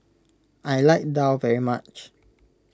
I like Daal very much